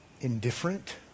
indifferent